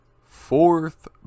fourth